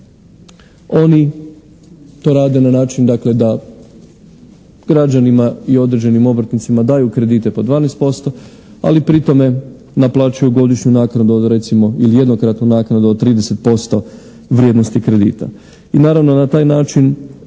oni to rade na način da građanima i određenim obrtnicima daju kredite po 12% ali pri tome naplaćuju godišnju naknadu od recimo ili jednokratnu naknadu od 30% vrijednosti kredita. I naravno na taj način